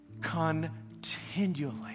Continually